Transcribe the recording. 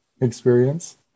experience